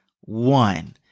one